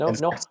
no